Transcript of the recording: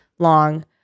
long